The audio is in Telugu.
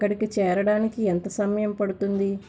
అక్కడికి చేరడానికి ఎంత సమయం పడుతుంది